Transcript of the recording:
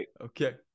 Okay